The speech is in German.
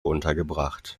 untergebracht